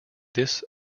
this